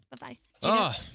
Bye-bye